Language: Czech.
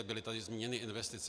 Byly tady zmíněny investice.